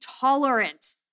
tolerant